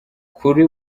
kuri